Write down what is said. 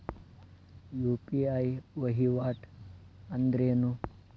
UPI ವಹಿವಾಟ್ ಅಂದ್ರೇನು?